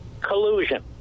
collusion